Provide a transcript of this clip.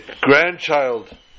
grandchild